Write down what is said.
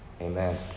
amen